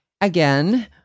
again